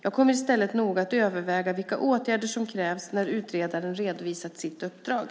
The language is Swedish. Jag kommer i stället att noga överväga vilka åtgärder som krävs när utredaren redovisat sitt uppdrag.